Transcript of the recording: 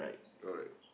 alright